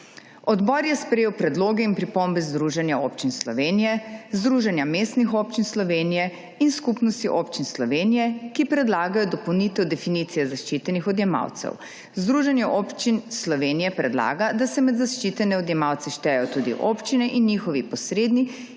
Odbor je sprejel predloge in pripombe Združenja občin Slovenije, Združenja mestnih občin Slovenije in Skupnosti občin Slovenije, ki predlagajo dopolnitev definicije zaščitenih odjemalcev. Združenje občin Slovenije predlaga, da se med zaščitene odjemalce štejejo tudi občine in njihovi posredni